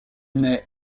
naît